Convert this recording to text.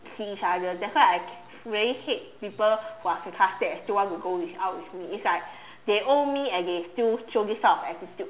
see each other that's why I really hate people who are sarcastic and still want to go out with me it's like they owe me and they still show this type of attitude